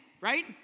Right